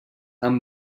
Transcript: amb